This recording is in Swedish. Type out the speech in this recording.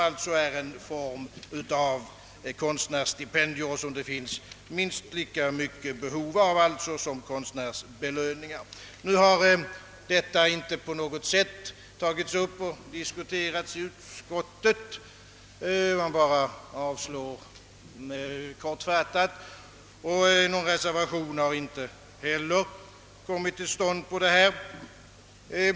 Det blir en form av konstnärsstipendier, som det finns minst lika mycket behov av som konstnärsbelöningar. Utskottet har inte närmare diskuterat denna sak utan avstyrker helt kortfattat förslaget, och någon särskild reservation har inte heller kommit till stånd.